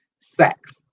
sex